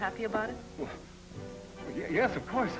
happy about it yes of course